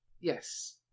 Yes